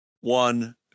one